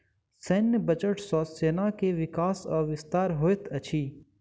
सैन्य बजट सॅ सेना के विकास आ विस्तार होइत अछि